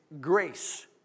grace